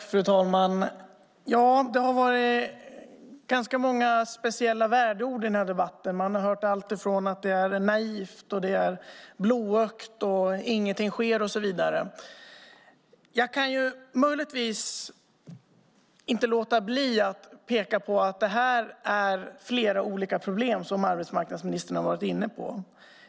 Fru talman! Det har varit ganska många speciella värdeord i denna debatt. Man har hört alltifrån att det är naivt, blåögt och att ingenting sker. Jag kan inte låta bli att peka på att det är flera olika problem som arbetsmarknadsministern har varit inne på.